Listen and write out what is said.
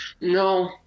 No